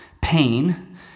pain